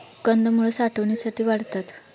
कंदमुळं साठवणीसाठी वाढतात